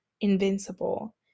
invincible